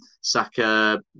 Saka